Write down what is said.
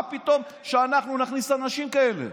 מה פתאום שאנחנו נכניס אנשים כאלה?